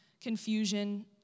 confusion